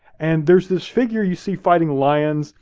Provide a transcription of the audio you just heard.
and there's this figure you see fighting lions.